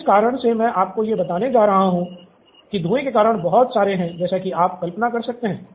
तो जिस कारण से मैं आपको यह बताने जा रहा हूं कि धुएं के कारण बहुत सारे हैं जैसा कि आप कल्पना कर सकते हैं